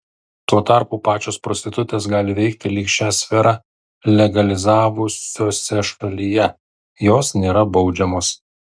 tuo tarpu pačios prostitutės gali veikti lyg šią sferą legalizavusiose šalyje jos nėra baudžiamos